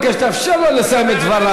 אני מבקש, תאפשר לו לסיים את דבריו.